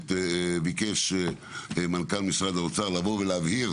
מנכ"ל משרד האוצר ביקש